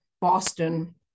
Boston